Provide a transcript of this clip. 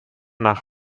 nach